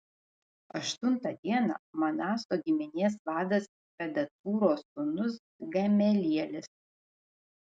aštuntą dieną manaso giminės vadas pedacūro sūnus gamelielis